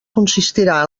consistirà